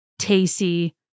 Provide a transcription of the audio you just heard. Tacey